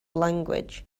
language